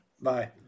Bye